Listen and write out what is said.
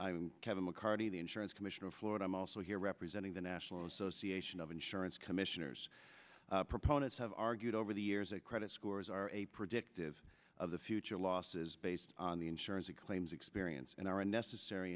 products kevin mccarty the insurance commissioner of florida i'm also here representing the national association of insurance commissioners proponents have argued over the years that credit scores are a predictive of the future losses based on the insurance claims experience and are a necessary